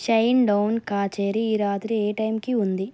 shine down కచేరీ ఈ రాత్రి ఏ టైంకి ఉంది